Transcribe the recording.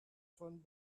von